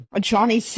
Johnny